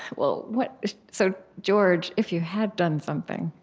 well, what so george, if you had done something,